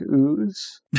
ooze